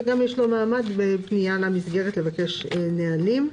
וגם יש לו מעמד בפנייה למסגרת כדי לבקש נהלים.